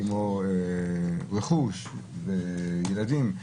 כמו רכוש וילדים.